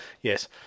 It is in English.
yes